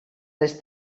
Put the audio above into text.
les